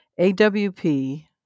AWP